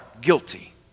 guilty